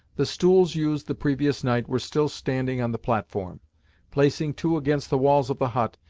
the stools used the previous night were still standing on the platform placing two against the walls of the hut,